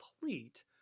complete